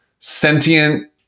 sentient